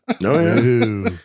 No